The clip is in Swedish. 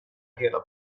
hela